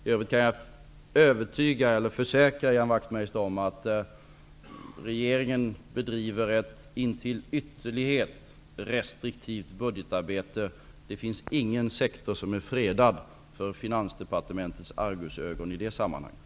I övrigt kan jag försäkra Ian Wachtmeister att regeringen bedriver ett intill ytterlighet restriktivt budgetarbete. Det finns ingen sektor som är fredad för Finansdepartementets argusögon i det sammanhanget.